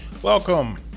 Welcome